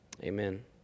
Amen